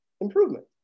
improvement